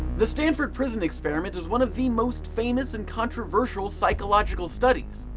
the stanford prison experiment is one of the most famous and controversial psychological studies.